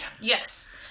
Yes